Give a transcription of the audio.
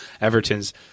Everton's